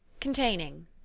containing